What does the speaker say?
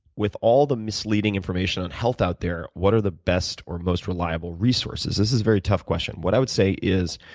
with all the misleading information on health out there, what are the best or most reliable resources? this is a very tough question. what i would say is,